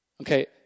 Okay